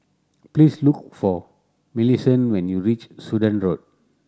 please look for Millicent when you reach Sudan Road